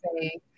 say